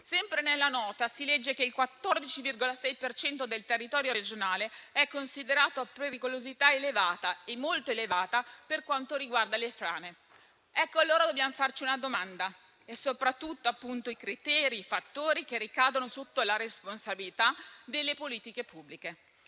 Sempre nella nota si legge che il 14,6 per cento del territorio regionale è considerato a pericolosità elevata e molto elevata per quanto riguarda le frane. Dobbiamo allora farci una domanda, considerando soprattutto i criteri e i fattori che ricadono sotto la responsabilità delle politiche pubbliche.